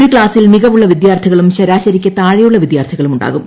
ഒരു ക്ലാസ്സിൽ മികവുള്ള വിദ്യാർത്ഥികളും ശരാശരിക്ക് താഴെയുള്ള വിദ്യാർത്ഥികളും ഉണ്ടാകും